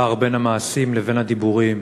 הפער בין המעשים לבין הדיבורים.